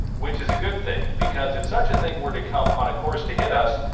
which is a good thing because if such a thing were to come on a course to hit us.